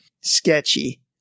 Sketchy